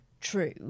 true